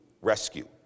rescue